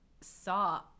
saw